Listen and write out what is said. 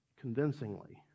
convincingly